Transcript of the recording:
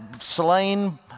slain